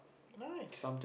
right